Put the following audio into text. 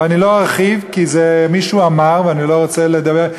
ואני לא ארחיב כי זה מישהו אמר ואני לא רוצה לדבר.